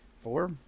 Four